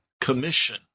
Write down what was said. commission